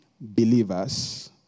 Believers